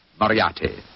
Moriarty